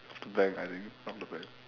rob the bank I think rob the bank